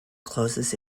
closes